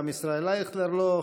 גם ישראל אייכלר לא,